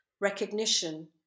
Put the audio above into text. recognition